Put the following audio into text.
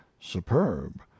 superb